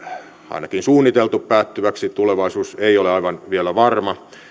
ainakin suunniteltu päättyväksi tulevaisuus ei ole aivan vielä varma